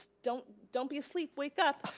don't don't be asleep, wake up,